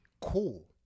cool